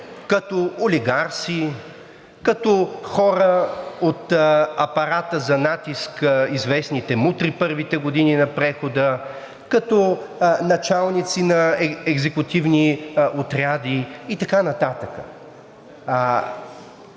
като олигарси, като хора от апарата за натиск – известните мутри в първите години на прехода, като началници на екзекутивни отряди и така нататък.